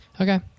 Okay